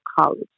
college